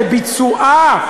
לביצועה.